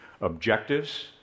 Objectives